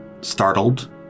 startled